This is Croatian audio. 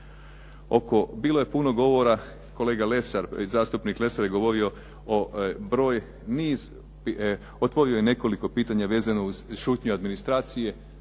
bilo je puno govora, kolega Lesar, zastupnik Lesar je govorio o, broj, niz, otvorio je nekoliko pitanja vezano uz šutnju administracije.